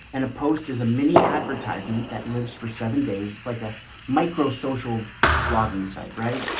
and a post is a mini advertisement that lives for seven days. it's like a micro social blogging site, right?